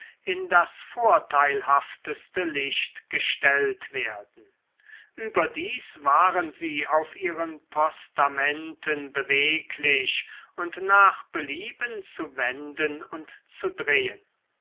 in das vorteilhafteste licht gestellt werden überdies waren sie auf ihren postamenten beweglich und nach belieben zu wenden und zu drehen